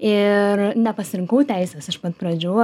ir nepasirinkau teisės iš pat pradžių